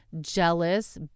jealous